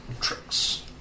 tricks